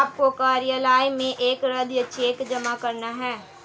आपको कार्यालय में एक रद्द चेक जमा करना होगा